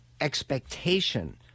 expectation